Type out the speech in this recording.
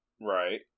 Right